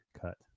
cut